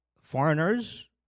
foreigners